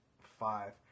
five